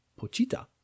Pochita